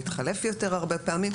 מתחלף יותר הרבה פעמים,